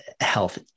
health